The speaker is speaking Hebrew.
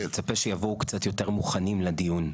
אני מצפה שהם יבואו קצת יותר מוכנים לדיון,